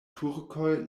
turkoj